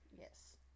Yes